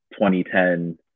2010